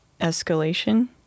escalation